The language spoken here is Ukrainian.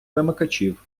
вимикачів